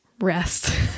rest